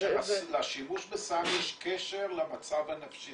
--- בגלל שלשימוש בסם יש קשר למצב הנפשי,